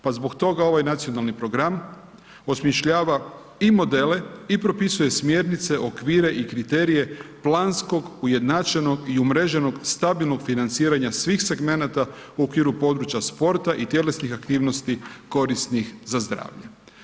Pa zbog toga ovaj nacionalni program osmišljava i modele i propisuje smjernice, okvire i kriterije planskog, ujednačenog i umreženog stabilnog financiranja svih segmenata u okviru područja sporta i tjelesnih aktivnosti korisnih za zdravlje.